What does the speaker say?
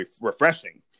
refreshing